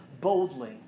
boldly